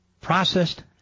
processed